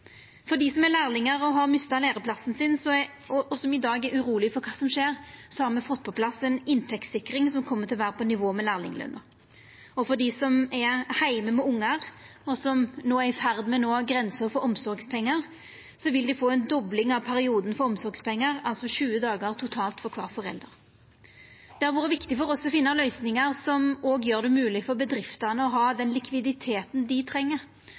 For dei som er lærlingar og har mista læreplassen sin og i dag er urolege for kva som skjer, har me fått på plass ei inntektssikring som kjem til å vera på nivå med lærlingløna. Og dei som er heime med ungar og som no er i ferd med å nå grensa for omsorgspengar, vil få ei dobling av perioden for omsorgspengar – altså 20 dagar totalt for kvar forelder. Det har vore viktig for oss å finna løysingar som òg gjer det mogleg for bedriftene å ha den likviditeten dei treng,